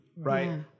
right